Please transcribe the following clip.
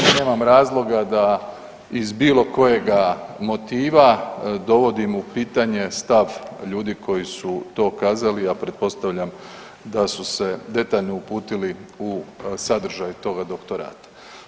Nemam razloga da iz bilo kojega motiva dovodim u pitanje stav ljudi koji su to kazali, a pretpostavljam da su se detaljno uputili u sadržaj toga doktorata.